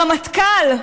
הרמטכ"ל,